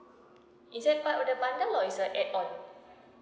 is it part of the bundle or is a add-on